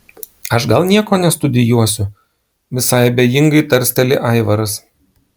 aš gal nieko nestudijuosiu visai abejingai tarsteli aivaras